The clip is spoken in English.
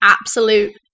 absolute